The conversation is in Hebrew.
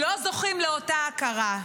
לא זוכים לאותה הכרה.